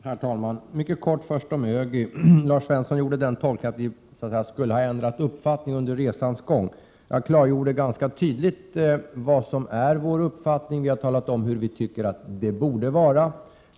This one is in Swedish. Herr talman! Jag vill först säga några ord om ÖGY. Lars Svensson gjorde den tolkningen att vi skulle ha ändrat uppfattning under resans gång. Jag klargjorde tidigare vår uppfattning. Vi har talat om hur vi tycker att det borde vara.